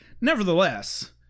nevertheless